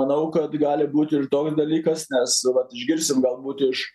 manau kad gali būt ir toks dalykas nes vat išgirsim galbūt iš